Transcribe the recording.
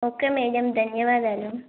okay madam ధన్యవాదాలు